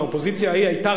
מה אכפת לי.